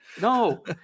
No